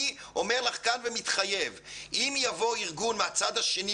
אני אומר לך כאן ומתחייב שאם יבוא ארגון מהצד השני,